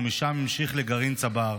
ומשם המשיך לגרעין צבר,